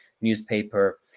newspaper